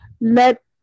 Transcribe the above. let